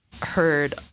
heard